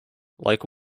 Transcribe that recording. like